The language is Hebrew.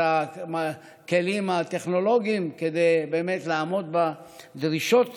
הכלים הטכנולוגיים כדי לעמוד באמת בדרישות